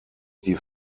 die